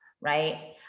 right